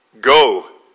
Go